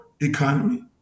economy